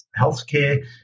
healthcare